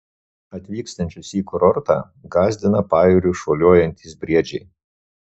atvykstančius į kurortą gąsdina pajūriu šuoliuojantys briedžiai